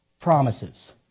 promises